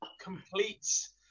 completes